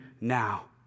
now